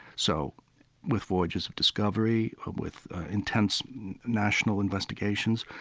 so with voyages of discovery, with intense national investigations,